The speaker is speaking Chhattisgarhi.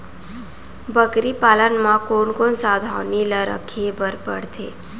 बकरी पालन म कोन कोन सावधानी ल रखे बर पढ़थे?